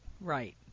right